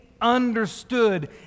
understood